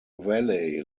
valley